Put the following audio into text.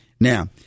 Now